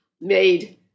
made